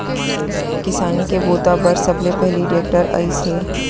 किसानी के बूता बर सबले पहिली टेक्टर आइस हे